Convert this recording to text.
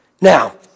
Now